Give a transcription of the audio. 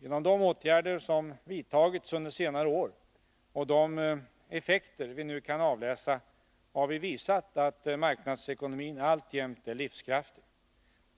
Genom de åtgärder som vidtagits under senare år och de effekter vi nu kan avläsa har vi visat att marknadsekonomin alltjämt är livskraftig.